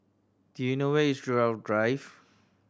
do you know where is Gerald Drive